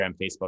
Facebook